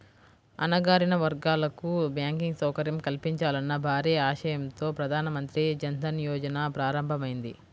అణగారిన వర్గాలకు బ్యాంకింగ్ సౌకర్యం కల్పించాలన్న భారీ ఆశయంతో ప్రధాన మంత్రి జన్ ధన్ యోజన ప్రారంభమైంది